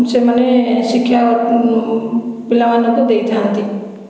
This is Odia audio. ସେମାନେ ଶିକ୍ଷା ପିଲାମାନଙ୍କୁ ଦେଇଥାଆନ୍ତି